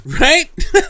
Right